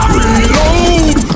reload